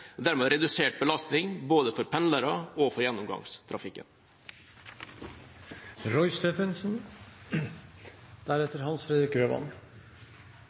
dermed redusert belastning både for pendlerne og for